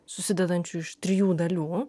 susidedančiu iš trijų dalių